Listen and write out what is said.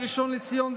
הראשון לציון,